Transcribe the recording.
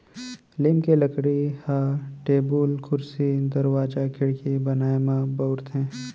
लीम के लकड़ी ह टेबुल, कुरसी, दरवाजा, खिड़की बनाए म बउराथे